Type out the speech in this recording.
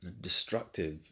destructive